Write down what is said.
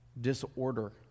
disorder